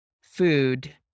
food